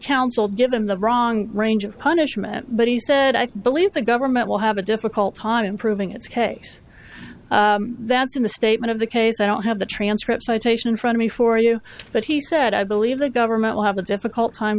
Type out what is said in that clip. council give him the wrong range of punishment but he said i believe the government will have a difficult time in proving its case that's a misstatement of the case i don't have the transcript citation from me for you but he said i believe the government will have a difficult time